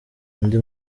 undi